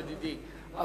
ידידי.